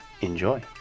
enjoy